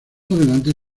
adelante